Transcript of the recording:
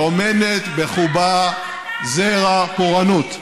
טומן בחובו זרע פורענות.